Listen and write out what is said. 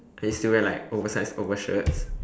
I used to like wear like oversized over shirt